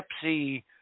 Pepsi